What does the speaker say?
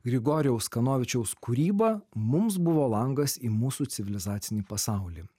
grigorijaus kanovičiaus kūryba mums buvo langas į mūsų civilizacinį pasaulį